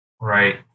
Right